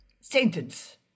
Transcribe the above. sentence